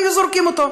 היו זורקים אותו,